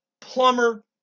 plumber